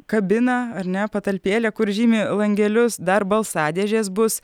kabiną ar ne patalpėlę kur žymi langelius dar balsadėžės bus